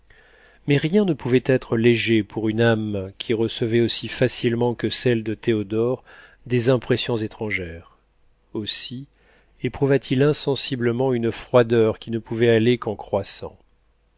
mais rien ne pouvait être léger pour une âme qui recevait aussi facilement que celle de théodore des impressions étrangères aussi éprouva t il insensiblement une froideur qui ne pouvait aller qu'en croissant